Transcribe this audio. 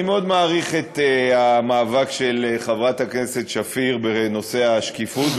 אני מאוד מעריך את המאבק של חברת הכנסת שפיר בנושא השקיפות,